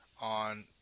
on